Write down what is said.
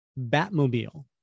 batmobile